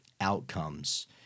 outcomes